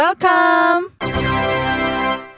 Welcome